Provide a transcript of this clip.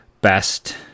best